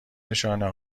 نشانه